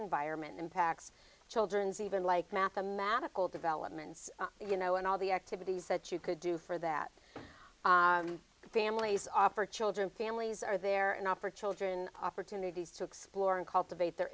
environment impacts children's even like mathematical developments you know and all the activities that you could do for that families offered children families are there and offer trojan opportunities to explore and cultivate their